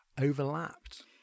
overlapped